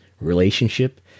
relationship